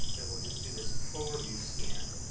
it will just do this overview scan